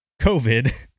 COVID